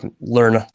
learn